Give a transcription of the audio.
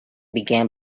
began